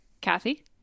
Kathy